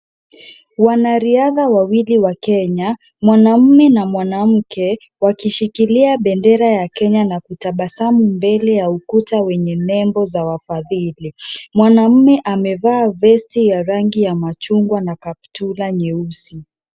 Wanariadha wawili wa Kenya, mwanaume na mwanamke, wakishikilia bendera ya Kenya na kutabasamu mbele ya ukuta zenye nembo za wafadhili. Mwanaume amevaa vesti ya rangi ya machungwa na kaptura nyeusi.